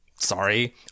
Sorry